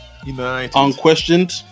unquestioned